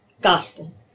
gospel